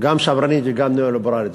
גם שמרנית וגם ניאו-ליברלית,